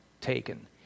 taken